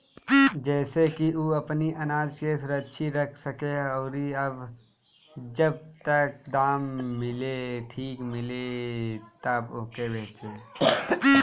जेसे की उ अपनी आनाज के सुरक्षित रख सके अउरी जब ठीक दाम मिले तब ओके बेचे